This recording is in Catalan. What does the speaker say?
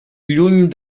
lluny